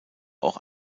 auch